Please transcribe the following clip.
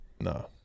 No